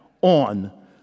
on